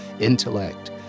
intellect